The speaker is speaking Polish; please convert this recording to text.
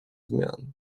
zmian